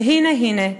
והנה הנה,